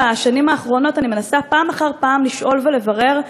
בשנים האחרונות אני מנסה פעם אחר פעם לשאול ולברר: